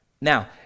now